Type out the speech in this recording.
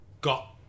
got